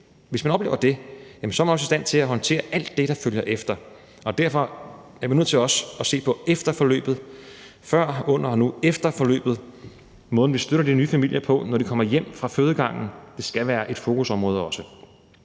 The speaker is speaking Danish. Hvis man oplever det, er man også i stand til at håndtere alt det, der følger efter, og derfor er vi nødt til også at se på efterforløbet, så vi både ser på før, under og nu efter forløbet, altså måden, hvorpå vi støtter de nye familier, når de kommer hjem fra fødegangen. Det skal være et fokusområde også.